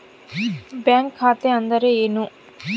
Bank ಖಾತೆ ಅಂದರೆ ಏನು?